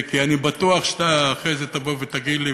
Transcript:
כי אני בטוח שאחרי זה תבוא ותגיד לי,